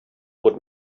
would